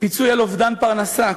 פיצוי על אובדן פרנסה,